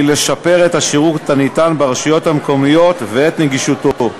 היא לשפר את השירות הניתן ברשויות המקומיות ואת נגישותו,